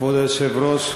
כבוד היושב-ראש,